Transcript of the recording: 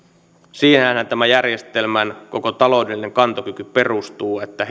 siihenhän tämän järjestelmän koko taloudellinen kantokyky perustuu että